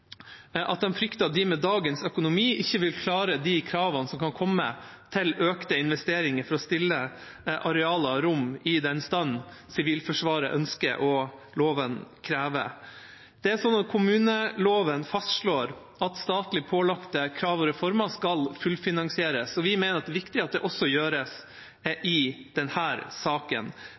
at de frykter at de med dagens økonomi ikke vil klare de kravene som kan komme til økte investeringer for å stille arealer og rom i den stand Sivilforsvaret ønsker og loven krever. Kommuneloven fastslår at statlig pålagte krav og reformer skal fullfinansieres. Vi mener det er viktig at det også gjøres i denne saken.